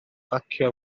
bacio